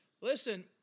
Listen